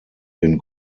den